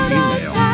email